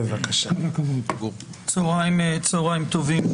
צוהריים טובים.